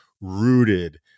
rooted